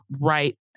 right